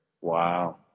wow